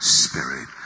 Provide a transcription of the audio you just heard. spirit